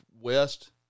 west